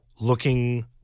looking